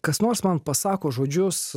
kas nors man pasako žodžius